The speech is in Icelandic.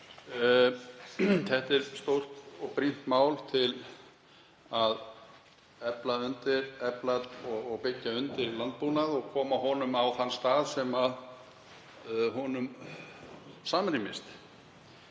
Þetta er stórt og brýnt mál til að efla og byggja undir landbúnað og koma honum á þann stað sem honum samrýmist.